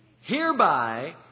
Hereby